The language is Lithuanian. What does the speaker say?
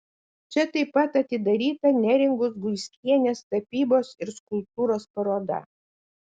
čia taip pat atidaryta neringos guiskienės tapybos ir skulptūros paroda